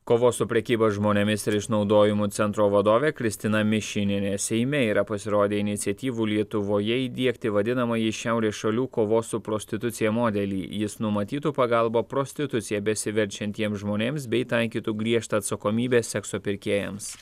kovos su prekyba žmonėmis ir išnaudojimu centro vadovė kristina mišinienė seime yra pasirodę iniciatyvų lietuvoje įdiegti vadinamąjį šiaurės šalių kovos su prostitucija modelį jis numatytų pagalbą prostitucija besiverčiantiems žmonėms bei taikytų griežtą atsakomybę sekso pirkėjams